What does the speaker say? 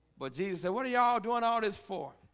but jesus said what are y'all doing? all this for?